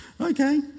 Okay